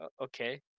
okay